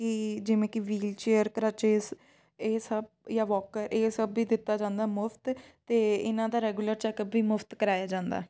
ਕਿ ਜਿਵੇਂ ਕਿ ਵੀਲਚੇਅਰ ਕਰੱਚਿਜ਼ ਇਹ ਸਭ ਜਾਂ ਵੋਕਰ ਇਹ ਸਭ ਵੀ ਦਿੱਤਾ ਜਾਂਦਾ ਮੁਫਤ ਅਤੇ ਇਹਨਾਂ ਦਾ ਰੈਗੂਲਰ ਚੈੱਕਅਪ ਵੀ ਮੁਫਤ ਕਰਵਾਇਆ ਜਾਂਦਾ